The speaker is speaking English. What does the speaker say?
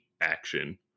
action